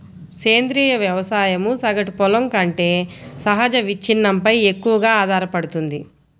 సేంద్రీయ వ్యవసాయం సగటు పొలం కంటే సహజ విచ్ఛిన్నంపై ఎక్కువగా ఆధారపడుతుంది